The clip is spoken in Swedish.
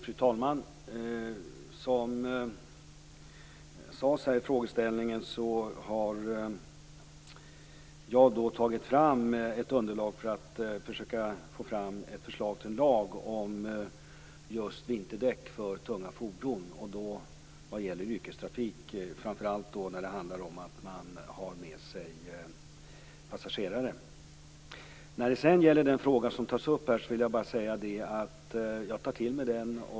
Fru talman! Som sades här i frågeställningen har jag tagit fram ett underlag för att försöka få fram ett förslag till en lag om just vinterdäck för tunga fordon vad gäller yrkestrafik, framför allt när man har med sig passagerare. När det sedan gäller den fråga som tas upp här vill jag bara säga att jag tar till mig den.